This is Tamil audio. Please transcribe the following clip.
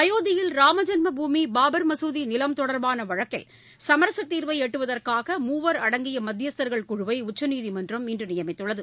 அயோத்தியில் ராமஜென்ம பூமி பாபர் மசூதி நிலம் தொடர்பான வழக்கில் சமரசத்தீர்வை எட்டுவதற்காக மூவர் அடங்கிய மத்தியஸ்தர்கள் குழுவை உச்சநீதிமன்றம் இன்று நியமித்துள்ளது